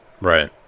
Right